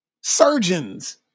surgeons